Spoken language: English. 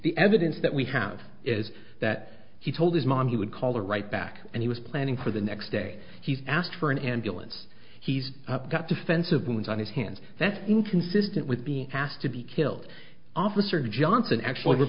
the evidence that we have is that he told his mom he would call or write back and he was planning for the next day he's asked for an ambulance he's got defensive wounds on his hands that's inconsistent with being asked to be killed officer johnson actually